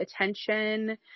attention